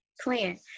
Plan